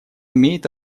имеет